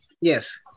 Yes